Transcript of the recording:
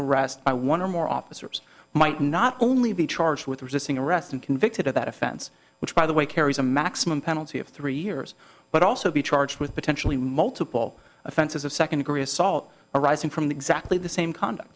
arrest i wonder more officers might not only be charged with resisting arrest and convicted of that offense which by the way carries a maximum penalty of three years but also be charged with potentially multiple offenses of second degree assault arising from the exactly the same conduct